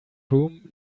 room